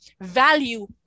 value